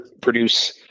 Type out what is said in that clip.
produce